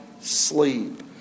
sleep